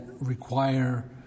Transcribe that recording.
require